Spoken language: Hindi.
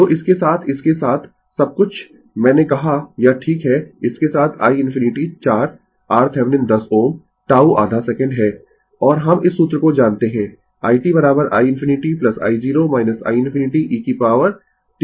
तो इसके साथ इसके साथ सबकुछ मैंने कहा यह ठीक है इसके साथ i ∞ 4 RThevenin 10 Ω τ आधा सेकंड है और हम इस सूत्र को जानते है i t i ∞ i0 i ∞ e t